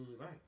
right